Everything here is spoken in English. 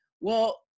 Well-